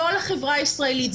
לא על החברה הישראלית.